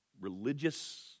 religious